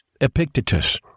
Epictetus